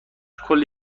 کلی